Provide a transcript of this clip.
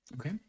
Okay